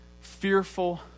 fearful